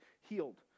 healed